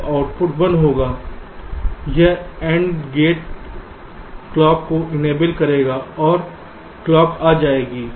तब आउटपुट 1 होगा यह एंड गेट क्लॉक को इनेबल करेगा और क्लॉक आ जाएगी